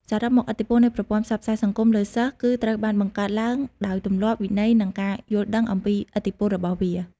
សរុបមក ឥទ្ធិពលនៃប្រព័ន្ធផ្សព្វផ្សាយសង្គមលើសិស្សគឺត្រូវបានបង្កើតឡើងដោយទម្លាប់ វិន័យ និងការយល់ដឹងអំពីឥទ្ធិពលរបស់វា។